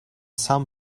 some